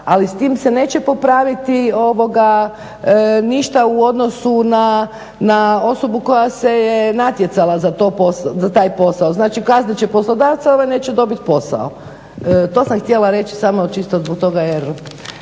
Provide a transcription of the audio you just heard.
ali s tim se neće popraviti ništa u odnosu na osobu koja se je natjecala za taj posao, znači kaznit će poslodavca, a ovaj neće dobiti posao. To sam htjela reći samo čisto zbog toga